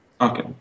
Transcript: Okay